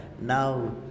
now